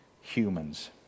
humans